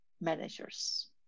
managers